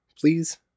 please